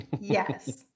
Yes